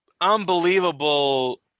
unbelievable